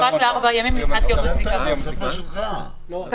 --- אני חושבת שכתבנו פה את החריגים שהופיעו.